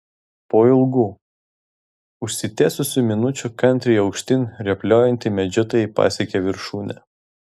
po ilgų užsitęsusių minučių kantriai aukštyn rėpliojanti medžiotoja pasiekė viršūnę